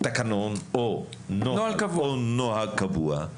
תקנון או נוהל קבוע,